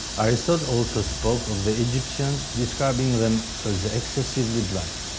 aristotle also spoke of the egyptians, describing them as excessively black.